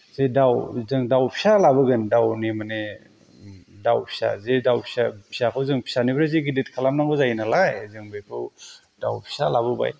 जे दाव बिदि जों दाव फिसा लाबोगोन दावनि माने दाव फिसा जे दाव फिसा फिसाखौ जों फिसानिफ्रायसो गिदित खालामनांगौ जायो नालाय जों बेखौ दाव फिसा लाबोबाय